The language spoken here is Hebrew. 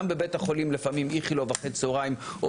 גם בבית החולים לפעמים איכילוב אחרי צהריים או